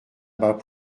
bas